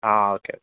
ആ ഓക്കെ